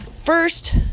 first